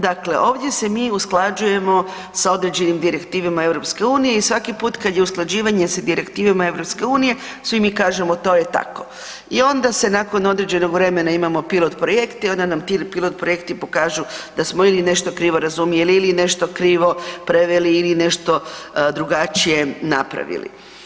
Dakle, ovdje se mi usklađujemo sa određenim direktivama EU i svaki put kad je usklađivanje s direktivama EU svi mi kažemo, to je tako i onda se nakon određenog vremena imamo pilot-projekt i onda nam ti pilot-projekti kažu da smo ili nešto krivo razumjeli ili nešto krivo preveli ili nešto drugačije napravili.